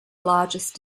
largest